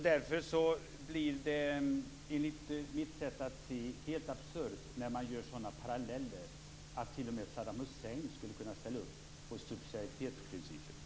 Därför blir det, enligt mitt sätt att se, helt absurt när man gör sådana paralleller att t.o.m. Saddam Hussein skulle kunna ställa upp på subsidiaritetsprincipen.